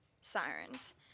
sirens